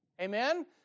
Amen